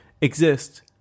exist